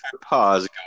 pause